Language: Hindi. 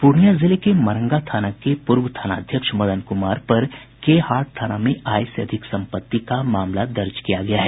पूर्णियां जिले के मरंगा थाना के पूर्व थानाध्यक्ष मदन कुमार पर के हाट थाना में आय से अधिक सम्पत्ति का मामला दर्ज किया गया है